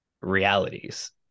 realities